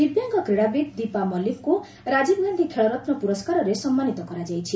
ଦିବ୍ୟାଙ୍ଗ କ୍ରୀଡ଼ାବିତ୍ ଦୀପା ମଲ୍ଲିକଙ୍କୁ ରାଜୀବ ଗାନ୍ଧି ଖେଳରତ୍ ପ୍ରରସ୍କାରରେ ସମ୍ମାନିତ କରାଯାଇଛି